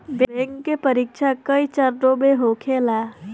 bank के परीक्षा कई चरणों में होखेला